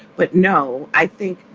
but no, i think,